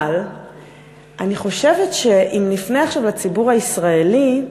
אבל אני חושבת שאם נפנה עכשיו לציבור הישראלי,